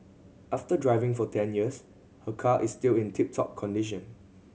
after driving for ten years her car is still in tip top condition